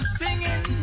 singing